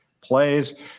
plays